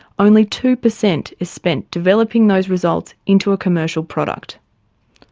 only two percent is spent developing those results into a commercial product.